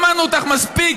שמענו אותך מספיק.